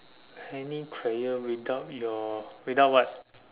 any prayer without your without what